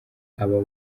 aba